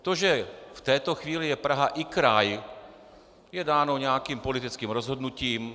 To, že v této chvíli je Praha i kraj, je dáno nějakým politickým rozhodnutím.